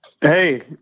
Hey